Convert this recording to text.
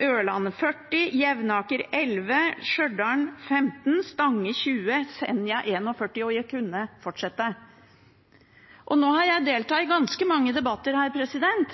Ørland 40 mill. kr ned, Jevnaker 11 mill. kr ned, Stjørdal 15 mill. kr ned, Stange 20 mill. kr ned, Senja 41 mill. kr ned – og jeg kunne fortsette. Nå har jeg deltatt i ganske mange debatter her,